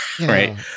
Right